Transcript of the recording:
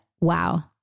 wow